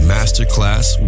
Masterclass